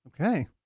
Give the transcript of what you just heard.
Okay